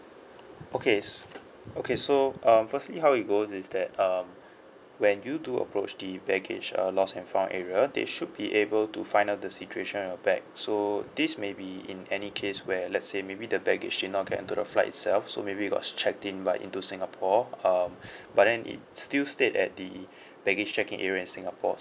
okay s~ okay so um firstly how it goes is that um when you do approach the baggage err lost and found area they should be able to find out the situation of your bag so this may be in any case where let's say maybe the baggage did not get into the flight itself so maybe it was checked into but got into singapore um but then it still stayed at the baggage check in area in singapore